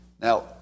Now